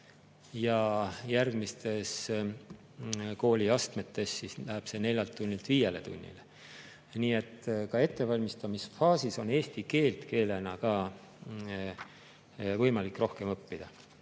Ja järgmistes kooliastmetes läheb see neljalt tunnilt viiele tunnile. Nii et ka ettevalmistamisfaasis on eesti keelt keelena ka võimalik rohkem õppida.